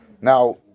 Now